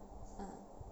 uh